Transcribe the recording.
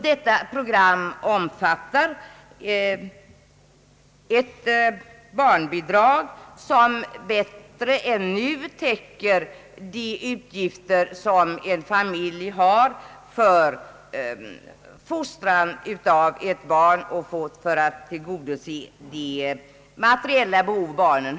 Detta program omfattar ett barnbidrag som bättre än nu täcker de utgifter en familj har för fostran av barn och för att tillgodose barnens materiella behov.